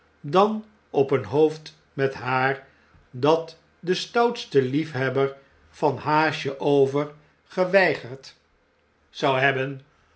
dan op een hoofd met haar dat de stoutste liefhebber van haasjeover geweigerd zou hebben